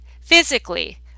physically